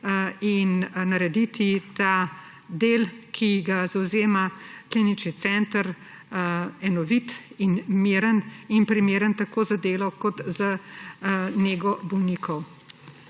in narediti del, ki ga zavzema klinični center, enovit in miren in primeren tako za delo kot za nego bolnikov.